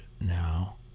now